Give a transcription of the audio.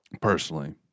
personally